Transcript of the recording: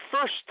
first